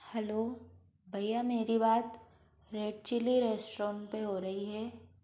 hello भईया मेरी बात रेड चिल्ली रेस्टोरेंट पर हो रही है